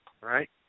right